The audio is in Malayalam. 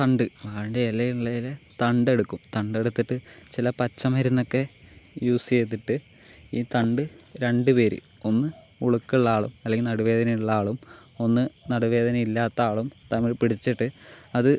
തണ്ട് വാഴേൻ്റെ ഇല ഉള്ളതിൽ തണ്ട് എടുക്കും തണ്ട് എടുത്തിട്ട് ചില പച്ച മരുന്നൊക്കെ യൂസ് ചെയ്തിട്ട് ഈ തണ്ട് രണ്ട് പേർ ഒന്ന് ഉളുക്കുള്ള ആളും അല്ലങ്കിൽ നടുവ് വേദന ഉള്ള ആളും ഒന്ന് നടുവ് വേദന ഇല്ലാത്ത ആളും തമ്മിൽ പിടിച്ചിട്ട് അത്